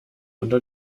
unter